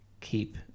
keep